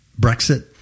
Brexit